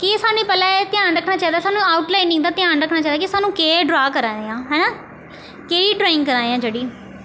कि सानूं पैह्लें एह् ध्यान रक्खना चाहिदा सानूं आउट लाईनिंग दा ध्यान रक्खना चाहिदा कि सानूं केह् ड्रा करा दे आं है ना केह् ड्राईंग करा दे आं जेह्ड़ी